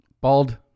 Bald